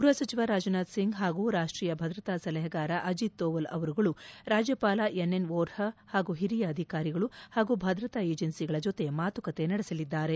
ಗೃಹ ಸಚಿವ ರಾಜ್ ನಾಥ್ ಸಿಂಗ್ ಹಾಗೂ ರಾಷ್ಟೀಯ ಭದ್ರತಾ ಸಲಹೆಗಾರ ಅಜಿತ್ ದೋವೆಲ್ ಅವರುಗಳು ರಾಜ್ಠಪಾಲ ಎನ್ ಎನ್ ವೋರ್ಪಾ ಪಾಗೂ ಹಿರಿಯ ಅಧಿಕಾರಿಗಳು ಪಾಗೂ ಭದ್ರತಾ ಏಜೆನ್ನಿಗಳ ಜೊತೆ ಮಾತುಕತೆ ನಡೆಸಲಿದ್ದಾರೆ